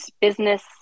business